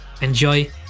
enjoy